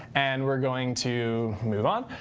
and we're going to move on.